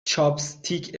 چاپستیک